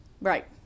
Right